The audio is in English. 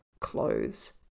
clothes